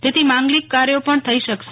તેથી માંગલિક કાર્યો પણ થઈ શકશે